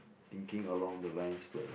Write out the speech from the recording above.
thinking along the lines where